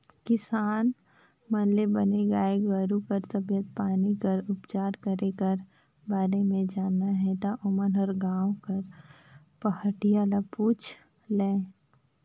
किसान मन ल बने गाय गोरु कर तबीयत पानी कर उपचार करे कर बारे म जानना हे ता ओमन ह गांव कर पहाटिया ल पूछ लय